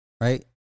right